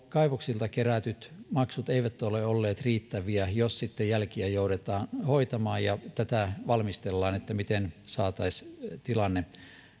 kaivoksilta kerätyt maksut eivät todellakaan ole olleet riittäviä jos jälkiä joudutaan hoitamaan ja tätä valmistellaan miten saataisiin tilanne